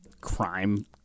crime